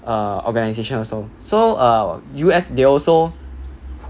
err organization also so err U_S they also